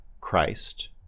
Christ